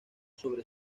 sobre